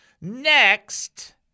next